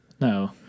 No